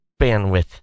bandwidth